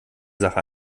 sache